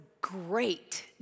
great